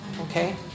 Okay